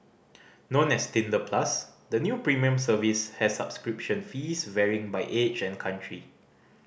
known as Tinder Plus the new premium service has subscription fees varying by age and country